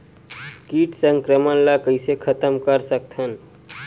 कीट संक्रमण ला कइसे खतम कर सकथन?